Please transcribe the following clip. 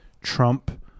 Trump